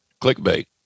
clickbait